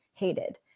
hated